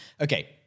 Okay